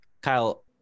Kyle